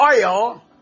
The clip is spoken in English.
oil